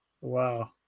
Wow